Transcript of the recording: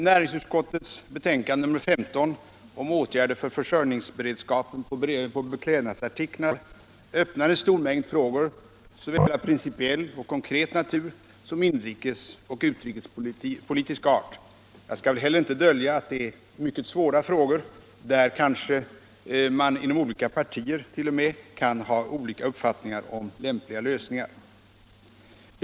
frågor såväl av principiell och konkret natur som av inrikes och utrikespolitisk art. Jag skall heller inte dölja att det är mycket svåra frågor, där man t.o.m. inom de olika partierna kan ha olika uppfattningar om lämpliga lösningar.